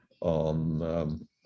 on